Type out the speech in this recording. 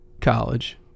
College